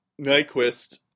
Nyquist